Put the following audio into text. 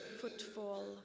footfall